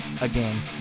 again